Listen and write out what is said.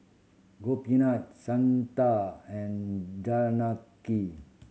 Gopinath Santha and